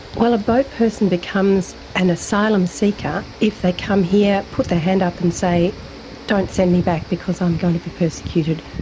well a boat person becomes an asylum seeker if they come here, put their hand up and say don't send me back because i'm going to be persecuted,